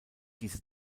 diese